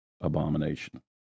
abomination